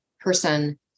person